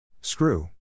Screw